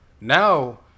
now